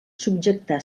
subjectar